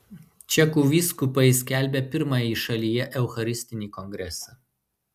čekų vyskupai skelbia pirmąjį šalyje eucharistinį kongresą